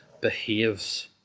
behaves